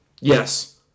Yes